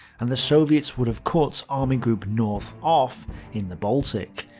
and the soviets would have cut army group north off in the baltic.